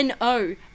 no